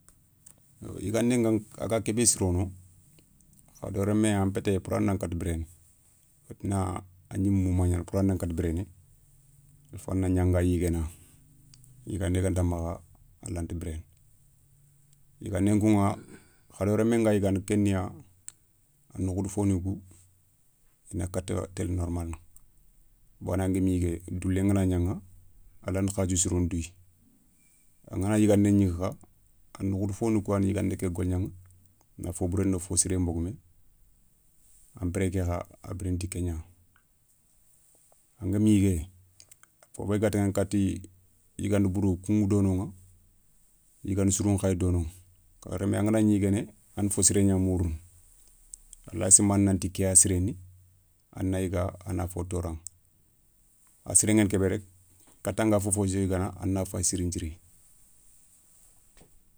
Yiganden nga a ga ke bé sirono, hadama remme an pette pourra nan kata biréné wotina a gnimé mouma gna pourra na katta biréné il faut ana gna anga yiguéna yigandé ganta makha a lanta biréné. yigandé nkuηa hadama remme nga yigana ké niya noukhoudou foni kou i na katta télé normal. bawoni angama yigué doulé ngana gnaηa, a lanta hadiou sirone douya angana yigandé gniga kha a noukhoudou foni kouyani yigandé ké golgnaηa na fo bouré ndo fo siren bogoumé anpéré ké kha a biréné ti kégna. Angama yigué fobé ga taηana katti yiganda bourou kouηa donoηa yiganda sirou nkayi donoηa. Hadama remme anganagni yiguéné a na fo siré gna mourounou lay simananti ké ya siréni, a na yiga a na fo toraηa. assiren gueni kebe rek katanga fofou sou yigana a na fayi siri nthiri.